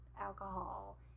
alcohol